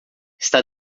está